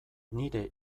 nire